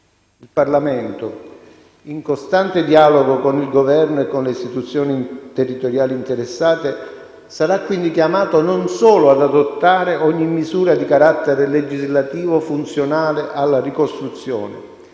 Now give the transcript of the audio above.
Il Parlamento, in costante dialogo con il Governo e con le istituzioni territoriali interessate, sarà quindi chiamato, non solo ad adottare ogni misura di carattere legislativo funzionale alla ricostruzione,